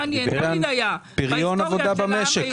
על פריון עבודה במשק.